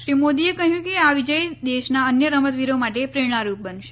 શ્રી મોદીએ કહ્યું કે આ વિજય દેશના અન્ય રમતવીરો માટે પ્રેરણારૂપ બનશે